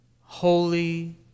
Holy